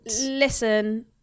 Listen